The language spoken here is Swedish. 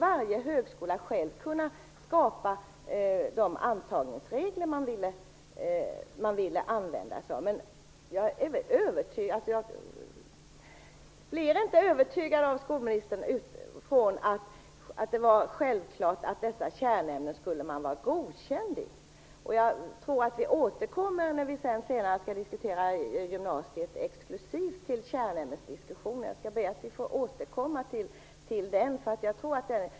Varje högskola skulle själv kunna skapa de antagningsregler som man ville använda sig av. Självklart skulle man vara godkänd i kärnämnena. Vi får väl återkomma till kärnämnesdiskussionen senare när vi skall diskutera gymnasiet exklusivt.